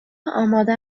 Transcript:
آماده